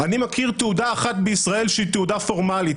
אני מכיר תעודה אחת בישראל שהיא תעודה פורמלית,